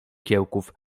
kiełków